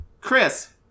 Chris